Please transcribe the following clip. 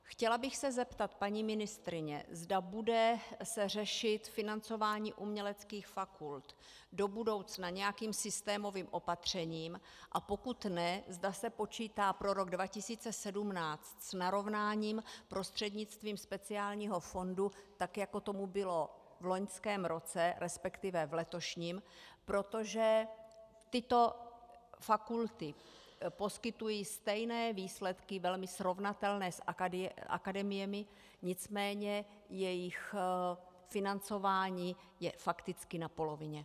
Chtěla bych se zeptat, paní ministryně, zda se bude řešit financování uměleckých fakult do budoucna nějakým systémovým opatřením, a pokud ne, zda se počítá pro rok 2017 s narovnáním prostřednictvím speciálního fondu, tak jako tomu bylo v loňském roce, resp. letošním, protože tyto fakulty poskytují stejné výsledky, velmi srovnatelné s akademiemi, nicméně jejich financování je fakticky na polovině.